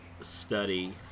study